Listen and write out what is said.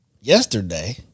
yesterday